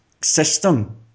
system